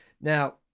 Now